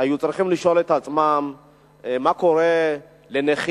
צריך לשאול את עצמו מה קורה לנכים,